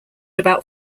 about